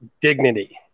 dignity